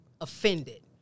offended